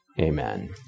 Amen